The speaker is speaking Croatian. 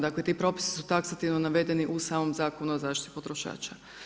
Dakle, ti propisi su taksativno navedeni u samom Zakonu o zaštiti potrošača.